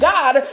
God